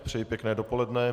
Přeji pěkné dopoledne.